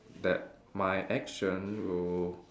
that my action will